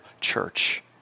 church